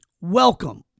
Welcome